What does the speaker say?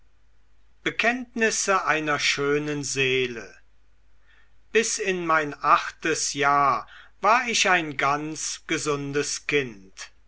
bekenntnisse einer schönen seele bis in mein achtes jahr war ich ein ganz gesundes kind